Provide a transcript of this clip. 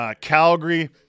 Calgary –